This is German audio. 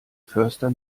förster